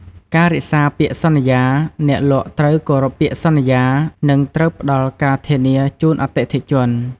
ការរក្សាពាក្យសន្យា អ្នកលក់ត្រូវគោរពពាក្យសន្យា និងត្រូវផ្តល់ការធានាជូនអតិថិជន។